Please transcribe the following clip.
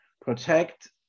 protect